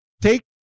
Take